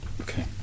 Okay